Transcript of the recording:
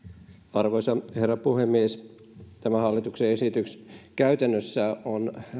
arvoisa herra puhemies tämä hallituksen esitys käytännössä on